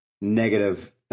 negative